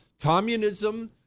Communism